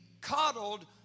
coddled